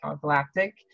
galactic